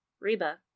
Reba